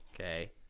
Okay